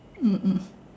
mm mm